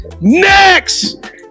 next